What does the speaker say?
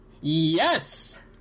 Yes